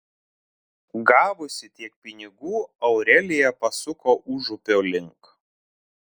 gavusi tiek pinigų aurelija pasuko užupio link